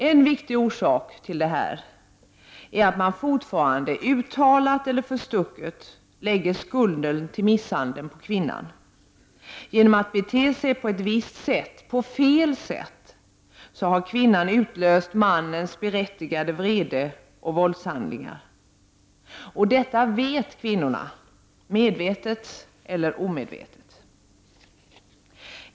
En viktig orsak härtill är att man fortfarande, uttalat eller förstucket, lägger skulden till misshandeln på kvinnan: Genom att bete sig på ett visst sätt, på fel sätt, har kvinnan utlöst mannens berättigade vrede och våldshandlingar. Detta vet kvinnorna, medvetet eller omedvetet.